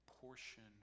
portion